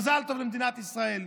מזל טוב למדינת ישראל.